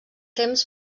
temps